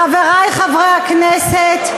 חברי חברי הכנסת,